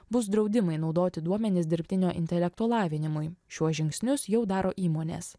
bus draudimai naudoti duomenis dirbtinio intelekto lavinimui šiuos žingsnius jau daro įmonės